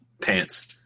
pants